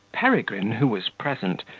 peregrine, who was present,